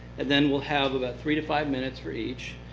and then we'll have about three to five minutes for each.